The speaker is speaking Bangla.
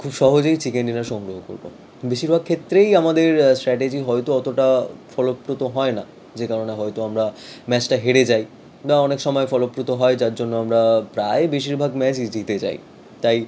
খুব সহজেই চিকেন ডিনার সংগ্রহ করবো বেশিরভাগ ক্ষেত্রেই আমাদের স্ট্র্যাটেজি হয়তো অতটা ফলপ্রসূ হয় না যে কারণে হয়তো আমরা ম্যাচটা হেরে যাই বা অনেকসময় ফলপ্রসূ হয় যার জন্য আমরা প্রায় বেশিরভাগ ম্যাচই জিতে যাই তাই